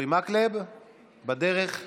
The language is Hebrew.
אורי מקלב בדרך לכאן,